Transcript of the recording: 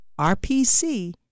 RPC